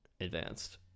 advanced